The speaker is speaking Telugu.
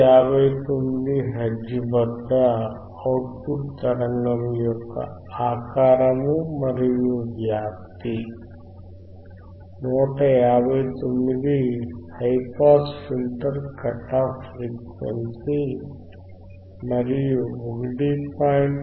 159 హెర్ట్జ్ వద్ద అవుట్ పుట్ తరంగము యొక్క ఆకారం మరియు వ్యాప్తి 159 high pass filter cut off frequency మరియు 1